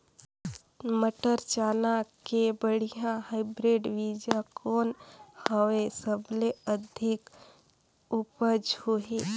मटर, चना के बढ़िया हाईब्रिड बीजा कौन हवय? सबले अधिक उपज होही?